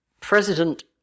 president